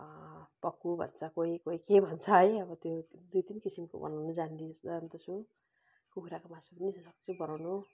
पक्कु भन्छ कोही कोही के भन्छ है अब त्यो दुई तिन किसिमको बनाउनु जान्दी जान्दछु कुखुराको मासु पनि सक्छु बनाउनु